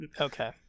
okay